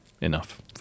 enough